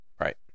Right